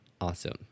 Awesome